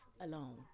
alone